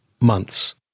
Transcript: Months